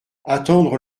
attendre